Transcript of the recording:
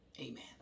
amen